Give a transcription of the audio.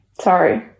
sorry